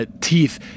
Teeth